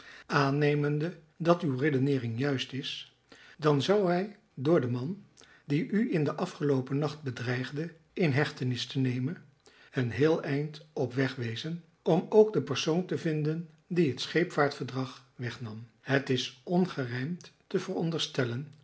aannemende dat uw redeneering juist is dan zou hij door den man die u in den afgeloopen nacht bedreigde in hechtenis te nemen een heel eind op weg wezen om ook den persoon te vinden die het scheepvaart verdrag wegnam het is ongerijmd te veronderstellen